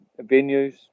venues